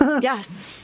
Yes